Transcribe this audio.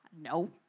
no